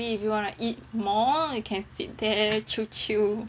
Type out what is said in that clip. if you wanna eat more we can sit there chill chill